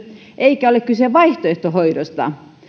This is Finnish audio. eikä ole kyse vaihtoehtohoidosta